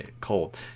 cold